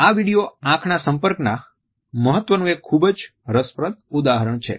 આ વીડિયો આંખના સંપર્ક ના મહત્વનું એક ખૂબ જ રસપ્રદ ઉદાહરણ છે